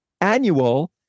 annual